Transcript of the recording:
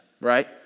right